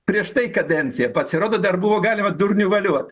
prieš tai kadenciją pasirodo dar buvo galima durnių voliot